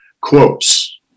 quotes